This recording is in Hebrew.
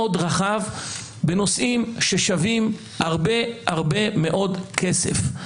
רחב בנושאים ששווים הרבה מאוד כסף.